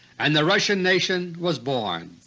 and the russian nation was born.